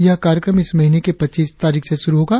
यह कार्यक्रम इस महीने के पच्चीस तारीख से शुरु होगा